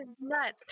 nuts